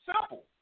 Simple